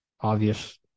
Obvious